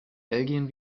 belgien